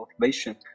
motivation